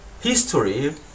History